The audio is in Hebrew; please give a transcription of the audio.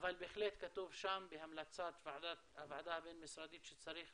אבל בהחלט כתוב שם בהמלצת הוועדה הבין משרדית שצריך